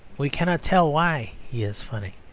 we cannot tell why he is funny.